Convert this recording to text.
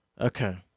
Okay